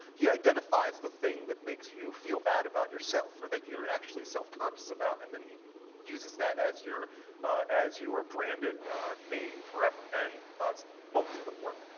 he identifies the thing that makes you feel bad about yourself, that you're actually self-conscious about and then he uses that as your as your branded name forever and most of them work.